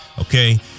Okay